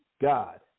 God